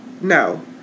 no